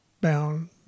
bound